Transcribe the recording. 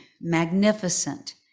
magnificent